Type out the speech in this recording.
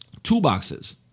toolboxes